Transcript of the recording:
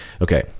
Okay